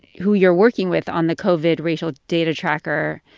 who you're working with on the covid racial data tracker,